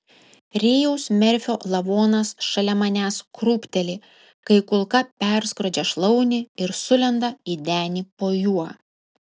rėjaus merfio lavonas šalia manęs krūpteli kai kulka perskrodžia šlaunį ir sulenda į denį po juo